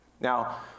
Now